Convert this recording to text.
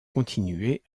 continué